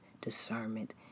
discernment